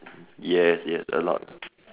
yes yes a lot